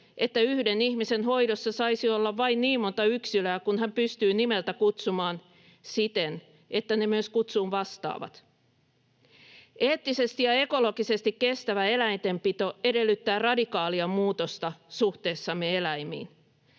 että yhden ihmisen hoidossa saisi olla vain niin monta yksilöä kuin hän pystyy nimeltä kutsumaan siten, että ne myös kutsuun vastaavat. Eettisesti ja ekologisesti kestävä eläintenpito edellyttää radikaalia muutosta suhteessamme eläimiin.